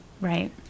Right